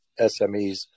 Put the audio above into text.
SMEs